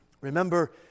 Remember